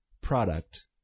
product